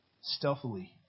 stealthily